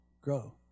grow